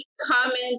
comment